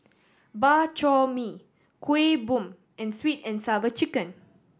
Bak Chor Mee Kueh Bom and Sweet And Sour Chicken